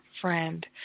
friend